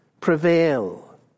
prevail